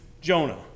Jonah